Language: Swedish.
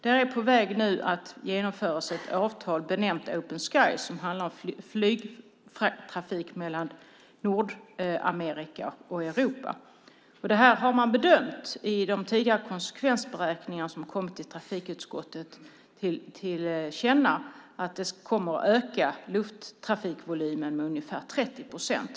Det är nu på väg att genomföras ett avtal benämnt Open Skies, som handlar om flygtrafik mellan Nordamerika och Europa. Man har i de tidigare konsekvensberäkningar som kommit till trafikutskottets kännedom bedömt att det här kommer att öka lufttrafikvolymen med ungefär 30 procent.